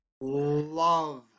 love